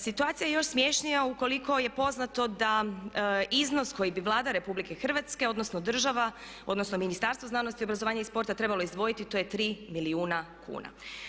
Situacija je još smješnija ukoliko je poznato da iznos koji bi Vlada RH odnosno država odnosno Ministarstvo znanosti, obrazovanja i sporta trebalo izdvojiti, to je 3 milijuna kuna.